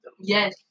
Yes